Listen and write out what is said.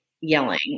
yelling